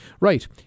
Right